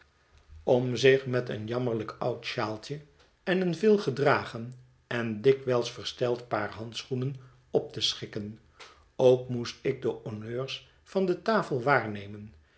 om zich met een jammerlijk oud shawltje en een veel gedragen en dikwijls versteld paar handschoenen op te schikken ook moest ik de honneurs van de tafel waarnemen